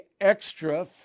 extra